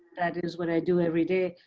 that is what i do every day,